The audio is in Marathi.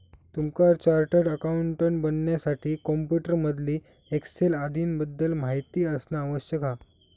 तुमका चार्टर्ड अकाउंटंट बनण्यासाठी कॉम्प्युटर मधील एक्सेल आदीं बद्दल माहिती असना आवश्यक हा